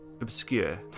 obscure